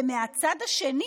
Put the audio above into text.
מהצד השני,